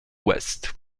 ouest